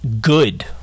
good